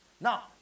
Now